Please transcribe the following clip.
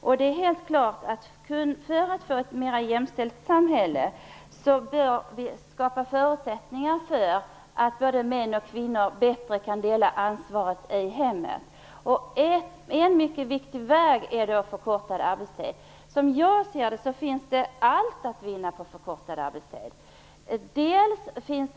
För att få ett mera jämställt samhälle är det helt klart att vi bör skapa sådana förutsättningar att både män och kvinnor bättre kan dela ansvaret i hemmet. En mycket viktig väg är den förkortade arbetstiden. Som jag ser detta är allt att vinna på en arbetstidsförkortning.